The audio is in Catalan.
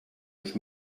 dos